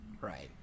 Right